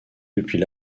depuis